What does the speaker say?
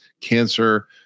cancer